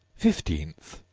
fifteenth,